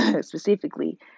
specifically